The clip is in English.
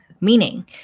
meaning